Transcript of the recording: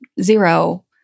Zero